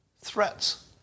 Threats